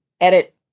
edit